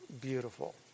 beautiful